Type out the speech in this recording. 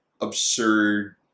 absurd